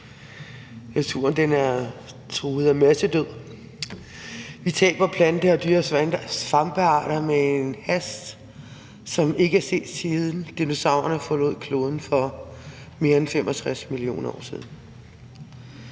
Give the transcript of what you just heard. Naturen er truet af massedød. Vi taber plante-, dyre- og svampearter med en hast, som ikke er set, siden dinosaurerne forlod kloden for mere end 65 mio. år siden.